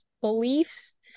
beliefs